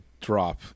drop